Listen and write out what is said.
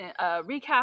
recap